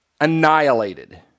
annihilated